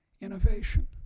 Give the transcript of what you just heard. innovation